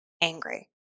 angry